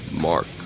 Mark